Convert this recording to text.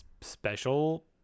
Special